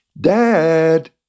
Dad